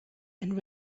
and